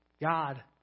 God